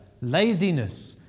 laziness